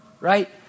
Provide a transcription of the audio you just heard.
right